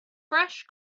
fresh